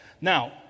Now